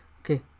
Okay